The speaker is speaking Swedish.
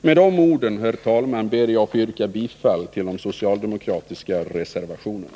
Med dessa ord, herr talman, ber jag att få yrka bifall till de socialdemokratiska reservationerna.